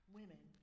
women